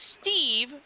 Steve